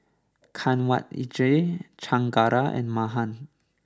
Kanwaljit Chengara and Mahan